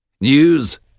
News